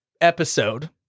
Episode